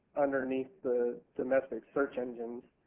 underneath the domestic search engines,